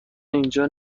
اینجا